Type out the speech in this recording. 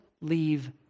leave